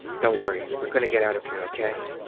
don't worry, we're going to get out of here, okay?